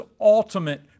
ultimate